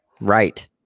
Right